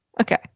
Okay